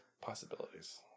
possibilities